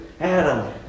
Adam